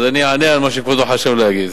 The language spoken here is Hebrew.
אני אענה על מה שכבודו חשב להגיד.